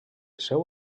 seu